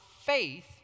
faith